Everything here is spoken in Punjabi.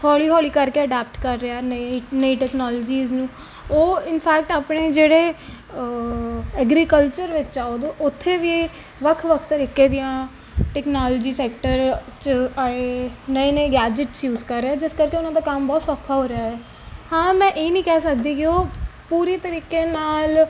ਹੌਲੀ ਹੌਲੀ ਕਰਕੇ ਅਡੋਪਟ ਕਰ ਰਿਹਾ ਨਵੀਂ ਨਵੀਂ ਟੈਕਨੋਲੋਜੀਸ ਨੂੰ ਉਹ ਇਨਫੈਕਟ ਆਪਣੇ ਜਿਹੜੇ ਐਗਰੀਕਲਚਰ ਵਿੱਚ ਆ ਉਦੋਂ ਉੱਥੇ ਵੀ ਵੱਖ ਵੱਖ ਤਰੀਕੇ ਦੀਆਂ ਟੈਕਨੋਲਜੀ ਸੈਕਟਰ 'ਚ ਆਏ ਨਵੇਂ ਨਵੇਂ ਗੈਜਟਸ ਯੂਜ ਕਰ ਰਹੇ ਜਿਸ ਕਰਕੇ ਉਹਨਾਂ ਦਾ ਕੰਮ ਬਹੁਤ ਸੌਖਾ ਹੋ ਰਿਹਾ ਹਾਂ ਮੈਂ ਇਹ ਨਹੀਂ ਕਹਿ ਸਕਦੀ ਕਿ ਉਹ ਪੂਰੀ ਤਰੀਕੇ ਨਾਲ